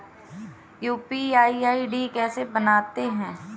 UPI ID कैसे बनाते हैं?